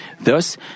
Thus